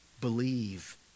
Believe